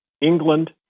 England